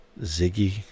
Ziggy